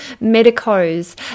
medicos